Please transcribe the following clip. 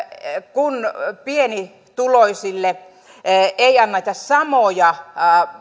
kun pienituloisille ei anneta samoja